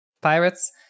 Pirates